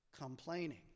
Complaining